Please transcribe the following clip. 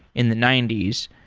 in the ninety s,